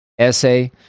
essay